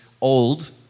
old